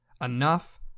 Enough